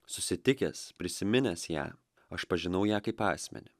susitikęs prisiminęs ją aš pažinau ją kaip asmenį